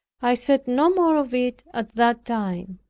i said no more of it at that time.